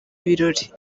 birori